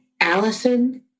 Allison